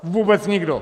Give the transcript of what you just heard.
Vůbec nikdo.